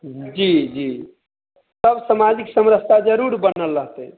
जी जी सब समाजिक समस्या जरुर बनल रहतै